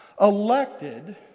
elected